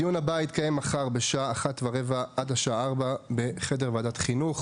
הדיון הבא יתקיים מחר בשעה 13:15 עד השעה 16:00 בחדר ועדת החינוך.